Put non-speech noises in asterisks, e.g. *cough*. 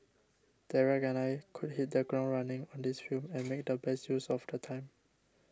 Derek and I could hit the ground running on this film *noise* and make the best use of the time